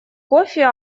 кофи